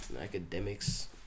academics